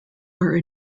are